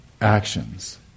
actions